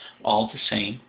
all the same,